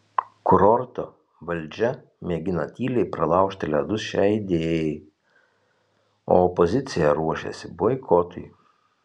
kurorto valdžia mėgina tyliai pralaužti ledus šiai idėjai o opozicija ruošiasi boikotui